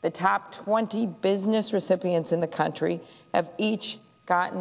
the top twenty business recipients in the country have each gotten